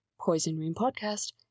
poisonroompodcast